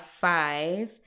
five